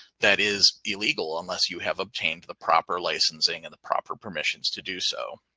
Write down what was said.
that is illegal unless you have obtained the proper licensing and the proper permissions to do so.